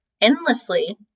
endlessly